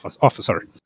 officer